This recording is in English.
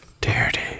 dirty